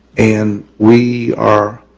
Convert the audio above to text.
and we are